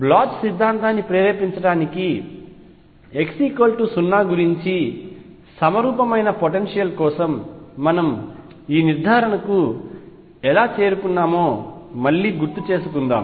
potential సిద్ధాంతాన్ని ప్రేరేపించడానికి x 0 గురించి సమరూపమైన పొటెన్షియల్ కోసం మనము ఈ నిర్ధారణకు ఎలా చేరుకున్నామో మళ్లీ గుర్తుచేసుకుందాం